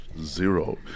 Zero